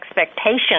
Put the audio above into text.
expectation